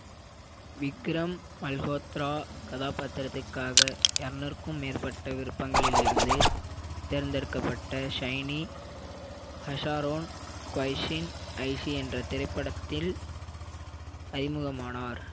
விக்ரம் மல்ஹோத்ரா கதாபாத்திரத்திற்காக எரநூறுக்கும் மேற்பட்ட விருப்பங்களில் இருந்து தேர்ந்தெடுக்கப்பட்ட ஷைனி ஹஸாரோன் க்வைஷீன் ஐசி என்ற திரைப்படத்தில் அறிமுகமானார்